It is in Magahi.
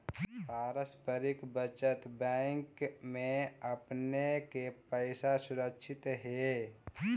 पारस्परिक बचत बैंक में आपने के पैसा सुरक्षित हेअ